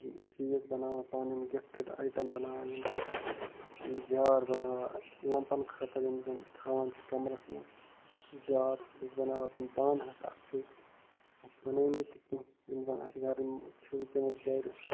یم چیٖز بناوان پانہٕ یم گِفٹِڈ آیٹَم بناوان یم جار بناوان لَمپَن خٲطرٕ یم زن تھاوان چھِ کَمرَس منٛز جار چھِ بہٕ چھُس بناوان تِم پانہٕ حظ اَتھٕ سۭتۍ مےٚ چھِ بنٲیمٕتۍ تہِ کیٚنٛہہ یم زَن اسہِ گَرن چھِ وُنکیٚنَس گرِ